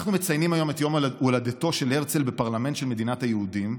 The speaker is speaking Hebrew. אנחנו מציינים היום את יום הולדתו של הרצל בפרלמנט של מדינת היהודים,